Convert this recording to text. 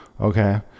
Okay